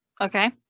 Okay